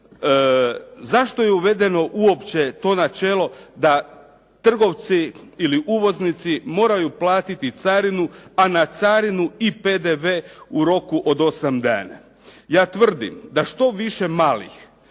Zašto je uvedeno uopće to načelo da trgovci ili uvoznici moraju platiti carinu a na carinu i PDV u roku od osam dana. Ja tvrdim da što više malih